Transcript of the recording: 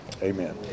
amen